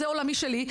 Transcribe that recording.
זה עולמי שלי,